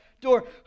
door